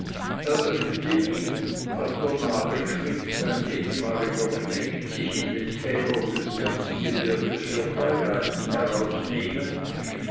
eröffnete ihm was der nagelschmidt sein ehemaliger knecht sich in den tälern des erzgebirges für freiheiten herausnehme